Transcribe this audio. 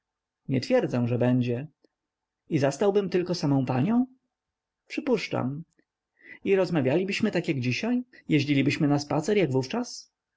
nie twierdzę że będzie i zastałbym tylko samę panią przypuszczam i rozmawialibyśmy tak jak dzisiaj jeździlibyśmy na spacer jak wówczas